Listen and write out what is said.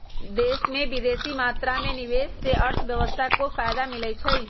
देश में बेशी मात्रा में निवेश से अर्थव्यवस्था को फयदा मिलइ छइ